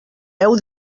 heu